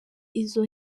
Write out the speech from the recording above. izo